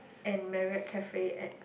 and Marriott cafe at